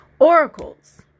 Oracles